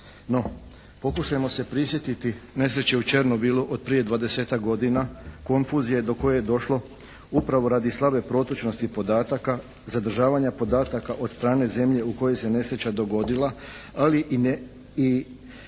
No, pokušajmo se prisjetiti nesreće u Černobilu od prije dvadesetak godina. Konfuzije do koje je došlo upravo radi slabe protočnosti podataka, zadržavanja podataka od strane zemlje u kojoj se nesreća dogodila ali i nepovezanosti